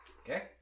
Okay